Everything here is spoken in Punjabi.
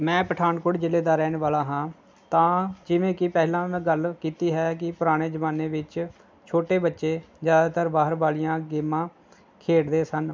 ਮੈਂ ਪਠਾਨਕੋਟ ਜ਼ਿਲ੍ਹੇ ਦਾ ਰਹਿਣ ਵਾਲਾ ਹਾਂ ਤਾਂ ਜਿਵੇਂ ਕਿ ਪਹਿਲਾਂ ਮੈਂ ਗੱਲ ਕੀਤੀ ਹੈ ਕਿ ਪੁਰਾਣੇ ਜ਼ਮਾਨੇ ਵਿੱਚ ਛੋਟੇ ਬੱਚੇ ਜ਼ਿਆਦਾਤਰ ਬਾਹਰ ਵਾਲੀਆਂ ਗੇਮਾਂ ਖੇਡਦੇ ਸਨ